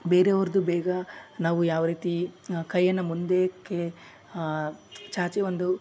ಬೇರೆಯವರದ್ದು ಬೇಗ ನಾವು ಯಾವ ರೀತಿ ಕೈಯನ್ನ ಮುಂದೆಕ್ಕೆ ಚಾಚಿ ಒಂದು